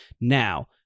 now